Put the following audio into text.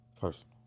Personal